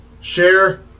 share